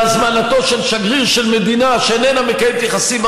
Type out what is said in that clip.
בהזמנתו של שגריר של מדינה שאיננה מקיימת יחסים עם